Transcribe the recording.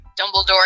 dumbledore